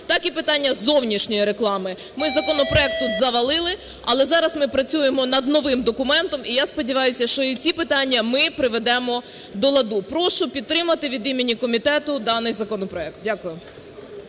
так і питання зовнішньої реклами. Ми законопроект тут завалили, але зараз ми працюємо над новим документом, і я сподіваюся, що і ці питання ми приведемо до ладу. Прошу підтримати від імені комітету даний законопроект. Дякую.